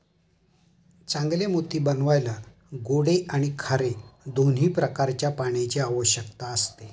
चांगले मोती बनवायला गोडे आणि खारे दोन्ही प्रकारच्या पाण्याची आवश्यकता असते